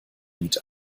lied